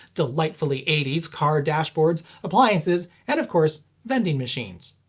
delightfully eighties car dashboards, appliances, and of course, vending machines.